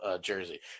jersey